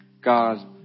God